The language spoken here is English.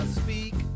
speak